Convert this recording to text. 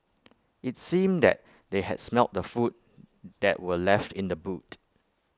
IT seemed that they had smelt the food that were left in the boot